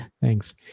Thanks